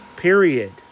Period